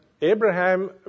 Abraham